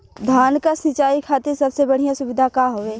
धान क सिंचाई खातिर सबसे बढ़ियां सुविधा का हवे?